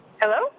Hello